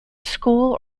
school